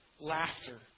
laughter